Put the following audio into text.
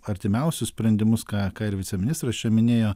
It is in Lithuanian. artimiausius sprendimus ką ką ir viceministras čia minėjo